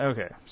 Okay